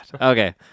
okay